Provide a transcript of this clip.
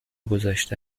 گذاشته